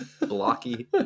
blocky